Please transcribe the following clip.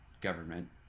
government